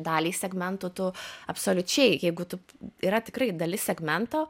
daliai segmentų tu absoliučiai jeigu tu yra tikrai dalis segmento